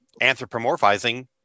anthropomorphizing